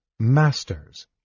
Masters